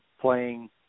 playing